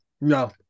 no